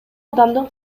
адамдын